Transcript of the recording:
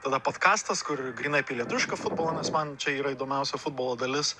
tada podkastas kur grynai apie lietuvišką futbolą nes man čia yra įdomiausia futbolo dalis